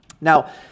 Now